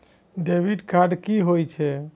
Debit card कि होई छै?